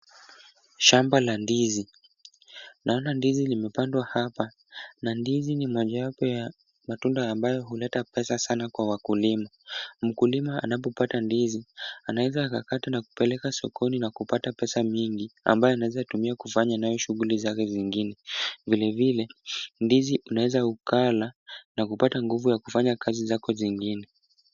Shamba la ndizi. Naona ndizi limepandwa hapa na ndizi ni mojawapo ya matunda ambayo huleta pesa sana kwa wakulima. Mkulima anapopata ndizi anaweza akakata na kupeleka sokoni na kupata pesa mingi ambayo anawezatumia kufanya nayo shughuli zake zingine. Vilevile ndizi unaweza ukala na kupata nguvu ya kufanya kazi zako zingine.